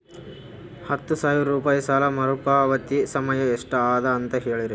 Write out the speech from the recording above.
ಹತ್ತು ಸಾವಿರ ರೂಪಾಯಿ ಸಾಲ ಮರುಪಾವತಿ ಸಮಯ ಎಷ್ಟ ಅದ ಅಂತ ಹೇಳರಿ?